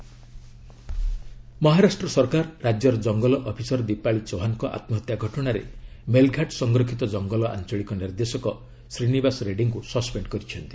ମହା ଦୀପାଳି ଚୌହାନ ମହାରାଷ୍ଟ୍ର ସରକାର ରାଜ୍ୟର ଜଙ୍ଗଲ ଅଫିସର ଦୀପାଳି ଚୌହାନଙ୍କ ଆତ୍ମହତ୍ୟା ଘଟଣାରେ ମେଲଘାଟ ସଂରକ୍ଷିତ ଜଙ୍ଗଲ ଆଞ୍ଚଳିକ ନିର୍ଦ୍ଦେଶକ ଶ୍ରୀନିବାସ ରେଡ୍ରୀଙ୍କୁ ସସ୍ପେଣ୍ଡ କରିଛନ୍ତି